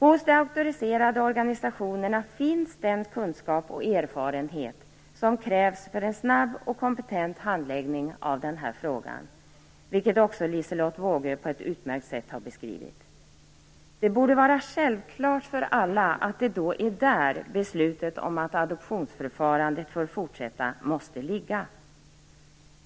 Hos de auktoriserade organisationerna finns den kunskap och erfarenhet som krävs för en snabb och kompetent handläggning av den frågan, vilket också Liselotte Wågö på ett utmärkt sätt har beskrivet. Det borde vara självklart för alla att beslutet om fortsatt adoptionsförfarande måste ligga där.